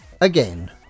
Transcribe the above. again